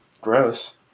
Gross